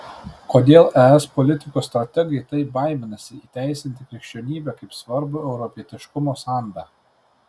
kodėl es politikos strategai taip baiminasi įteisinti krikščionybę kaip svarbų europietiškumo sandą